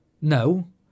No